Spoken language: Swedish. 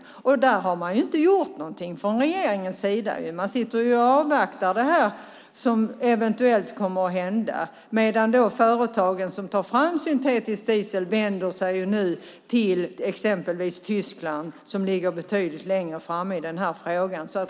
Där har man inte gjort någonting från regeringens sida. Man sitter och avvaktar det här som eventuellt kommer att hända medan företagen som tar fram syntetisk diesel nu vänder sig till exempelvis Tyskland som ligger betydligt längre fram i den här frågan.